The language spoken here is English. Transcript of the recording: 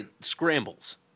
Scrambles